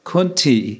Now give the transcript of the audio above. Kunti